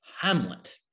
Hamlet